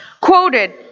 quoted